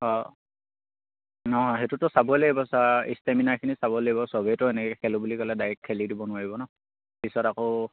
অঁ নহয় সেইটোতো চাবই লাগিব ছাৰ ষ্টেমিনাখিনি চাব লাগিব সবেইেতো এনেকে খেলোঁ বুলি ক'লে ডাইৰেক্ট খেলি দিব নোৱাৰিব ন পিছত আকৌ